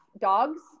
dogs